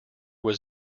was